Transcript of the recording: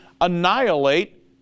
annihilate